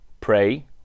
Pray